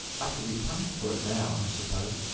i shall be punished for it now, i suppose,